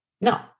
No